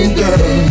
girl